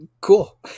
Cool